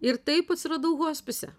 ir taip atsiradau hospise